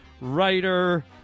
writer